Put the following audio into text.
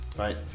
Right